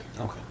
Okay